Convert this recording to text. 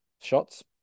shots